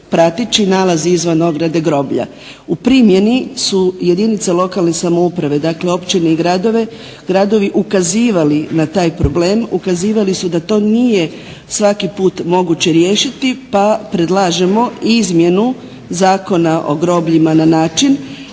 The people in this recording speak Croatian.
prateći nalazi izvan ograde groblja. U primjeni su jedinice lokalne samouprave dakle općine i gradovi ukazivali na taj problem, ukazivali su da to nije svaki puta moguće riješiti, pa predlažemo izmjenu Zakona o grobljima na način